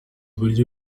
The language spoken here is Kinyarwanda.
burya